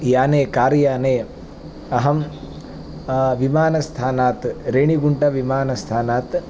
याने कार्याने अहं विमानस्थानात् रेनिगुण्टाविमानस्थानात्